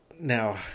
now